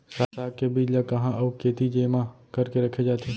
साग के बीज ला कहाँ अऊ केती जेमा करके रखे जाथे?